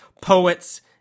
poets